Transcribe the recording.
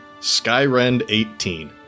Skyrend18